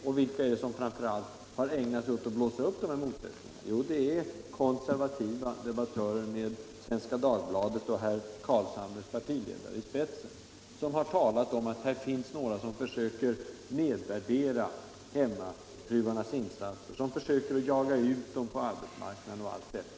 Men vilka är det som framför allt har ägnat sig åt att blåsa upp sådana motsättningar? Jo konservativa debattörer med Svenska Dagbladet och herr Carlshamres partiledare i spetsen, som talar om att här finns några som försöker nedvärdera hemmafruarnas insatser, försöker jaga ut dem på arbetsmarknaden och allt detta.